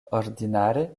ordinare